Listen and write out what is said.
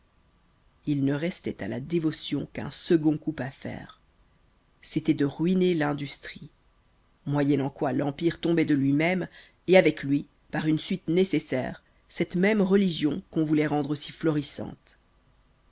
il ne restoit à la dévotion qu'un second coup à faire c'étoit de ruiner l'industrie moyennant quoi l'empire tomboit de lui-même et avec lui par une suite nécessaire cette même religion qu'on vouloit rendre si florissante